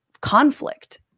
conflict